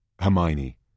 Hermione